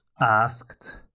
asked